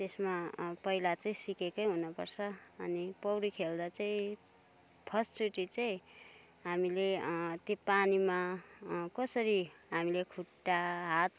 यसमा पहिला चाहिँ सिकेकै हुनुपर्छ अनि पौडी खेल्दा चाहिँ फर्स्टचोटि चाहिँ हामीले त्यो पानीमा कसरी हामीले खुट्टा हात